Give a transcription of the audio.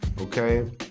okay